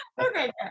Okay